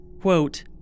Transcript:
quote